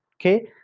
okay